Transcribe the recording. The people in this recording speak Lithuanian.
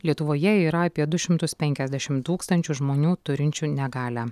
lietuvoje yra apie du šimtus penkiasdešimt tūkstančių žmonių turinčių negalią